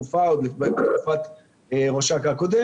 הייתה ההמלצה של הפורום האזרחי עוד לפני תקופת ראש אכ"א הקודם,